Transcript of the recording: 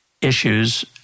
issues